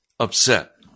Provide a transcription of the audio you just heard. upset